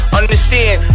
understand